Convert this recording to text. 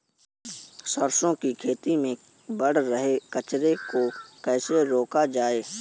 सरसों की खेती में बढ़ रहे कचरे को कैसे रोका जाए?